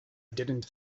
didn’t